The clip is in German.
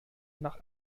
nach